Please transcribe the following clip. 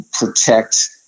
protect